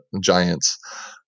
Giants